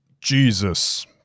Jesus